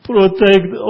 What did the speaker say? Protect